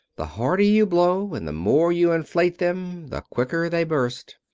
the harder you blow and the more you inflate them, the quicker they burst.